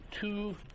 two